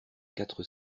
quatre